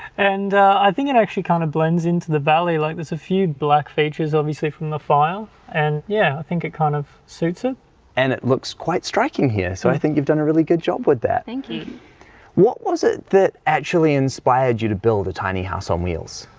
and i think it actually kind of blends into the valley. like there's a few black features obviously from the file and yeah, i think it kind of suits it and it looks quite striking here so i think you've done a really good job with that. thank you what was it that actually inspired you to build a tiny house on wheels.